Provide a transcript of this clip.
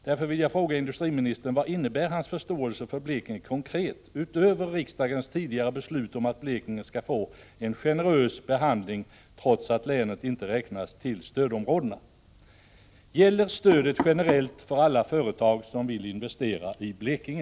Därför vill jag fråga industriministern vad hans förståelse för Blekinge konkret innebär utöver riksdagens tidigare beslut om att Blekinge skall få en generös behandling trots att länet inte räknas till stödområdena. Gäller stödet generellt för alla företag som vill investera i Blekinge?